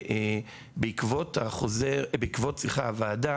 בעקבות הוועדה